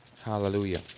Hallelujah